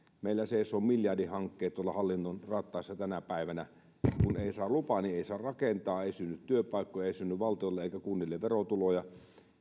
meillä seisoo miljardihankkeita tuolla hallinnon rattaissa tänä päivänä kun ei saa lupaa niin ei saa rakentaa ei synny työpaikkoja ei synny valtiolle eikä kunnille verotuloja